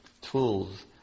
tools